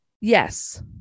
Yes